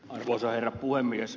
arvoisa herra puhemies